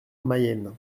mayenne